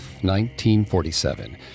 1947